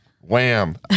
wham